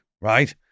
right